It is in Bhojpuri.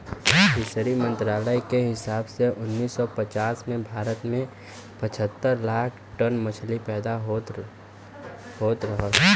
फिशरी मंत्रालय के हिसाब से उन्नीस सौ पचास में भारत में पचहत्तर लाख टन मछली पैदा होत रहल